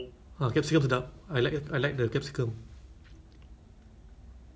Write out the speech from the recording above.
I think the it ah the the the prepa~ preparation is a